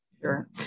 Sure